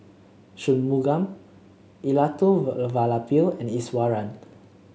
Shunmugam and Iswaran